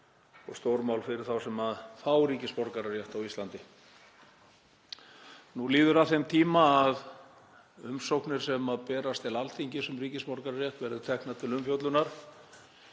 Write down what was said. og stórmál fyrir þá sem fá ríkisborgararétt á Íslandi. Nú líður að þeim tíma að umsóknir sem berast til Alþingis um ríkisborgararétt verði teknar til umfjöllunar